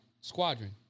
squadron